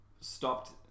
stopped